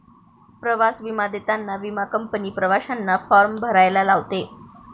प्रवास विमा देताना विमा कंपनी प्रवाशांना फॉर्म भरायला लावते